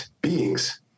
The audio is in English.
beings